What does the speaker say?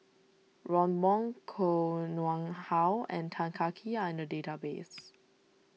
Ron Wong Koh Nguang How and Tan Kah Kee are in the database